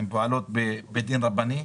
הן פועלות בבתי הדין הרבניים,